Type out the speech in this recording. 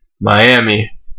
Miami